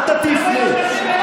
אל תטיף לי.